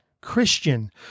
Christian